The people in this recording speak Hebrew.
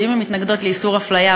שאם הן מתנגדות לאיסור הפליה,